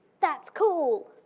that's cool!